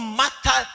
matter